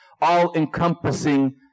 all-encompassing